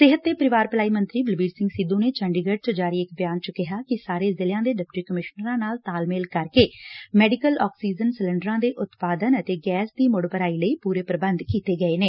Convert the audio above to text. ਸਿਹਤ ਤੇ ਪਰਿਵਾਰ ਭਲਾਈ ਮੰਤਰੀ ਬਲਬੀਰ ਸਿੰਘ ਸਿੱਧੁ ਨੇ ਚੰਡੀਗੜ ਚ ਜਾਰੀ ਇਕ ਬਿਆਨ ਕਿਹਾ ਕਿ ਸਾਰੇ ਜ਼ਿਲਿਆਂ ਦੇ ਡਿਪਟੀ ਕਮਿਸ਼ਨਰਾਂ ਨਾਲ ਤਾਲਮੇਲ ਕਰਕੇ ਮੈਡੀਕਲ ਆਕਸੀਜਨ ਸਿਲੰਡਰਾਂ ਦੇ ਉਤਪਾਦਨ ਅਤੇ ਗੈਸ ਦੀ ਮੁੜ ਭਰਾਈ ਲਈ ਪੁਰੇ ਪ੍ਰਬੰਧ ਕੀਤੇ ਗਏ ਨੇ